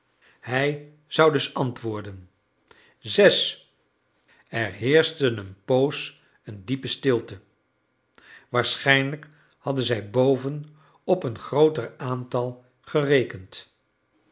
hij zou dus antwoorden zes er heerschte een poos een diepe stilte waarschijnlijk hadden zij boven op een grooter aantal gerekend